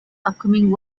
upcoming